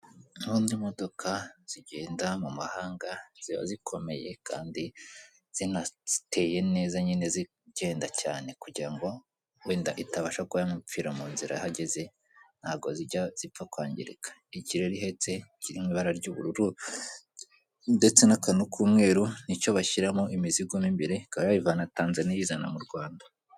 Ubundi imodoka zigenda mu mahanga ziba zikomeye kandi zinateye neza nyine zigenda cyane kugira ngo wenda itabasha kuba yanapfira mu nzira ahogeze ntago zijya zipfa kwangirika. Iki rero ihetse kiri mu ibara ry'ubururu ndetse n'akantu k'umweru nicyo bashyiramo imizigo mu imbere ukaba wayivana tanzaniya ( Tanzania) bayizana mu Rwanda.